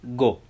go